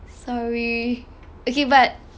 sorry okay but